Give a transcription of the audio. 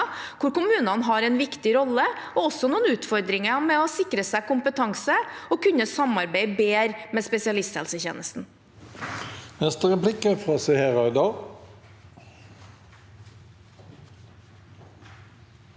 hvor kommunene har en viktig rolle og også noen utfordringer med å sikre seg kompetanse og å kunne samarbeide bedre med spesialisthelsetjenesten.